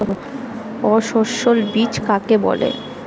অসস্যল বীজ কাকে বলে?